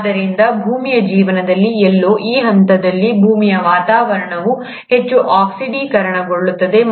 ಆದ್ದರಿಂದ ಭೂಮಿಯ ಜೀವನದಲ್ಲಿ ಎಲ್ಲೋ ಈ ಹಂತದಲ್ಲಿ ಭೂಮಿಯ ವಾತಾವರಣವು ಹೆಚ್ಚು ಆಕ್ಸಿಡೀಕರಣಗೊಳ್ಳುತ್ತದೆ